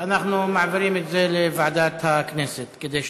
אנחנו מעבירים את זה לוועדת הכנסת כדי שתכריע.